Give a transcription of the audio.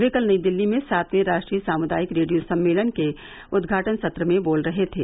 वह कल नई दिल्ली में सातवें राष्ट्रीय सामुदायिक रेडियो सम्मेलन के उद्घाटन सत्र में बोल रहे थे